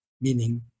meaning